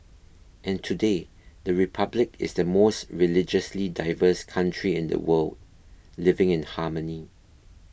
and today the Republic is the most religiously diverse country in the world living in harmony